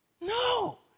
No